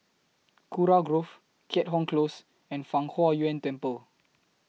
Kurau Grove Keat Hong Close and Fang Huo Yuan Temple